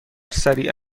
سریع